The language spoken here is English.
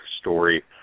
story